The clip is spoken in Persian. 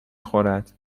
خورد